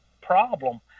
problem